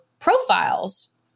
profiles